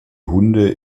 hunde